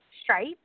Stripe